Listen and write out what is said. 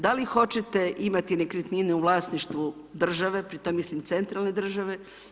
Da li hoćete imati nekretnine u vlasništvu države pri tome mislim centralne države.